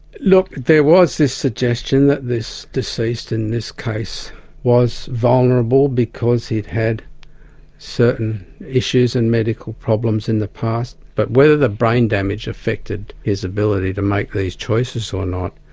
look, there was this suggestion that this deceased in this case was vulnerable because he'd had certain issues and medical problems in the past, but whether the brain damage affected his ability to make these choices or not,